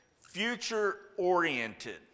future-oriented